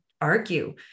argue